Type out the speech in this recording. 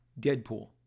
Deadpool